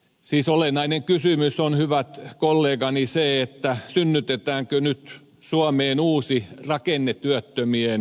siis olennainen kysymys on hyvät kollegani se synnytetäänkö nyt suomeen uusi rakennetyöttömien sukupolvi